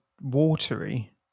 watery